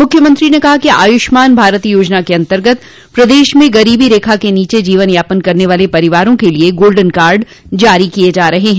मुख्यमंत्री ने कहा कि आयुष्मान भारत योजना के अन्तर्गत प्रदेश में गरीबी रेखा से नीचे जीवन यापन करने वाले परिवारो के लिए गोल्डन कार्ड जारी किये जा रहे हैं